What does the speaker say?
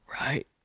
Right